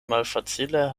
malfacile